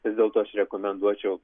vis dėlto aš rekomenduočiau